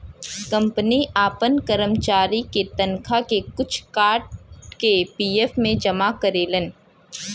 company आपन करमचारी के तनखा के कुछ काट के पी.एफ मे जमा करेलन